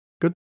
Good